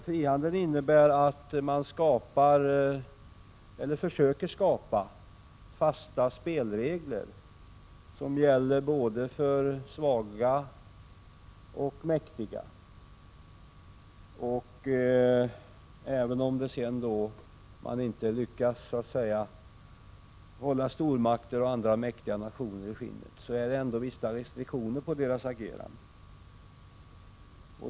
Frihandeln innebär ju att man skapar, eller försöker skapa, fasta spelregler som gäller för både svaga och mäktiga nationer. Även om man sedan inte lyckas få stormakter och andra nationer att hålla sig i skinnet, finns det vissa restriktioner i fråga om deras agerande.